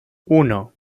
uno